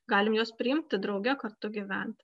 galim juos priimti drauge kartu gyvent